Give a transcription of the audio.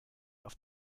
auf